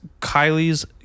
Kylie's